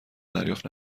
دریافت